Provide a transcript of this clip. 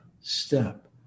step